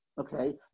Okay